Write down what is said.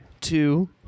two